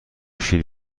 شیر